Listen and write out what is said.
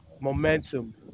momentum